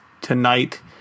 Tonight